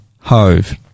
Hove